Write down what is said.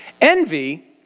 Envy